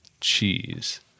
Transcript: cheese